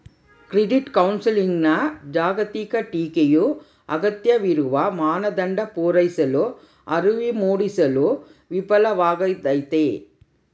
credit ಕೌನ್ಸೆಲಿಂಗ್ನ ಜಾಗತಿಕ ಟೀಕೆಯು ಅಗತ್ಯವಿರುವ ಮಾನದಂಡ ಪೂರೈಸಲು ಅರಿವು ಮೂಡಿಸಲು ವಿಫಲವಾಗೈತಿ